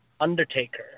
Undertaker